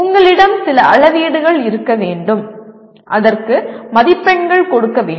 உங்களிடம் சில அளவீடுகள் இருக்க வேண்டும் அதற்கு மதிப்பெண்கள் கொடுக்க வேண்டும்